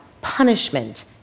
punishment